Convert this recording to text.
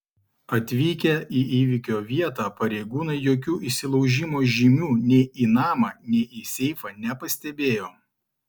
atvykę į įvykio vietą pareigūnai jokių įsilaužimo žymių nei į namą nei į seifą nepastebėjo